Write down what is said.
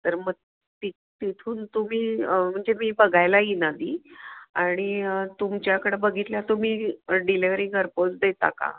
तर मग ति तिथून तुम्ही म्हणजे मी बघायला येईन आधी आणि तुमच्याकडं बघितल्या तुम्ही डिलेवरी घरपोच देता का